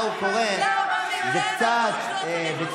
הוא מהמבינים ביותר כאן במשכן בנושא תכנון ובנייה.